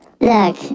Look